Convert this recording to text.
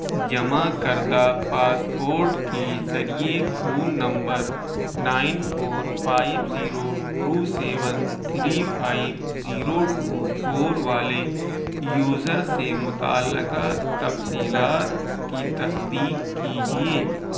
جمع کردہ پاسپورٹ کے ذریعے phone number nine four five zero two seven three five zero two four والے یوزر سے متعلقہ تفصیلات کی تصدیق کیجیے